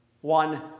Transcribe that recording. One